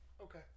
Okay